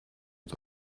uns